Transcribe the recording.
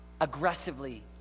aggressively